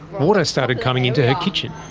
water started coming into her kitchen.